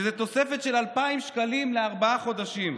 שזה תוספת של 2,000 שקלים לארבעה חודשים,